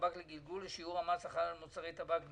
טבק לגלגול לשיעור המס החל על מוצרי טבק דומים).